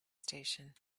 station